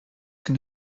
can